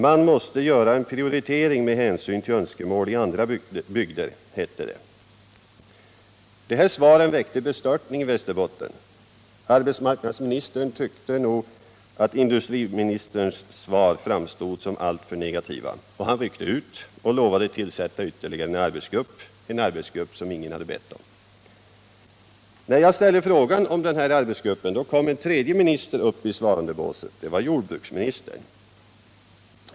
”Man måste —-—--—- göra en prioritering med hänsyn till önskemålen i andra bygder ---”, hette det. Dessa svar väckte bestörtning i Västerbotten. Arbetsmarknadsministern tyckte nog att industriministerns svar framstod alltför negativa. Han ryckte ut och lovade tillsätta ytterligare en arbetsgrupp, en arbetsgrupp som ingen hade bett om. När jag ställde frågan om denna arbetsgrupp kom en tredje minister upp i svarandebåset. Det var jordbruksministern.